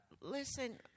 Listen